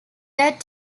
that